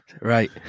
Right